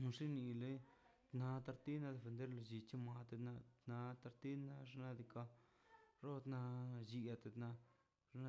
nuxe nile (hesiatation) na tatina de lo llichi mate ma na tatilax xnaꞌ diikaꞌ o la lli niate na xnaꞌ